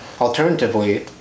alternatively